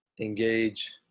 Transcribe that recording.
engage